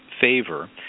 favor